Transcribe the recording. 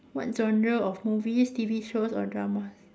what genre of movies T_V shows or dramas